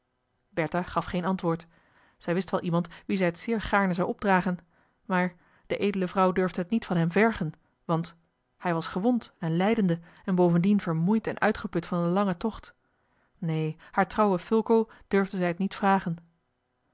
bertha gaf geen antwoord zij wist wel iemand wien zij het zeer gaarne zou opdragen maar de edele vrouw durfde het niet van hem vergen want hij was gewond en lijdende en bovendien vermoeid en uitgeput van een langen tocht neen haar trouwen fulco durfde zij het niet vragen